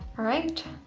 alright,